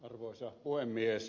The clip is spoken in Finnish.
arvoisa puhemies